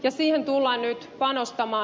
siihen tullaan nyt panostamaan